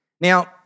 Now